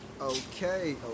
okay